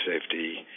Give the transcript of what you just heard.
safety